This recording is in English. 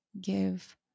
give